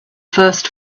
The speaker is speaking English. first